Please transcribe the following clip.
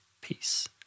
peace